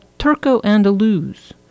Turco-Andalus